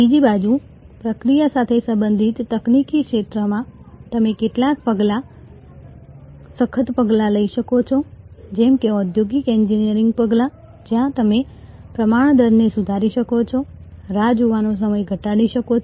બીજી બાજુ પ્રક્રિયા સાથે સંબંધિત તકનીકી ક્ષેત્રમાં તમે કેટલાક સખત પગલાં લઈ શકો છો જેમ કે ઔદ્યોગિક એન્જિનિયરિંગ પગલાં જ્યાં તમે પ્રમાણદરને સુધારી શકો છો રાહ જોવાનો સમય ઘટાડી શકો છો